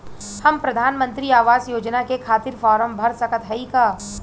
हम प्रधान मंत्री आवास योजना के खातिर फारम भर सकत हयी का?